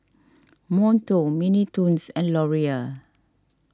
Monto Mini Toons and Laurier